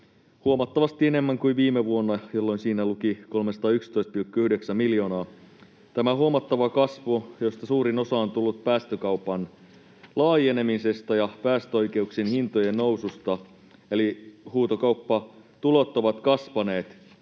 huomattavasti enemmän kuin viime vuonna, jolloin siinä luki 311,9 miljoonaa. Tämä on huomattava kasvu, josta suurin osa on tullut päästökaupan laajenemisesta ja päästöoikeuksien hintojen noususta, eli huutokauppatulot ovat kasvaneet.